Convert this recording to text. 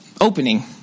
opening